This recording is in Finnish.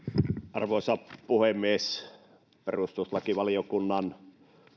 arvoisa puhemies perustuslakivaliokunnan